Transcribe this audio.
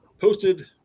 posted